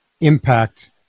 impact